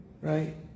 Right